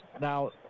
Now